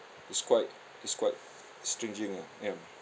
it's quite it's quite stringing ah ya